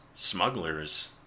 smugglers